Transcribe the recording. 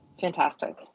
Fantastic